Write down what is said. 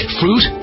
fruit